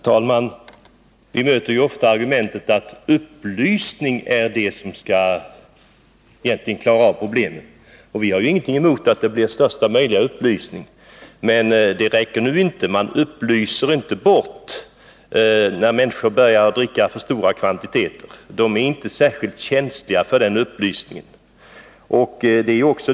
Herr talman! Vi möter ofta argumentet att upplysning är det som egentligen skall klara av problemen. Vi har ingenting emot att här ges största möjliga upplysning, men det räcker inte. Man upplyser inte bort att människor börjar dricka för stora kvantiteter. De är inte särskilt känsliga för den upplysningen.